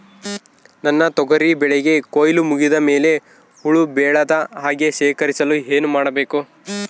ನನ್ನ ತೊಗರಿ ಬೆಳೆಗೆ ಕೊಯ್ಲು ಮುಗಿದ ಮೇಲೆ ಹುಳು ಬೇಳದ ಹಾಗೆ ಶೇಖರಿಸಲು ಏನು ಮಾಡಬೇಕು?